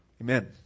Amen